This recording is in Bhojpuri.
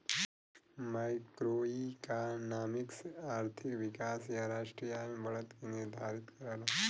मैक्रोइकॉनॉमिक्स आर्थिक विकास या राष्ट्रीय आय में बढ़त के निर्धारित करला